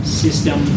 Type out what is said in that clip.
system